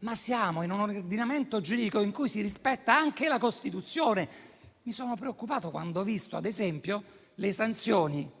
ma siamo in un ordinamento giuridico in cui si rispetta anche la Costituzione. Mi sono preoccupato, ad esempio, quando ho visto le sanzioni.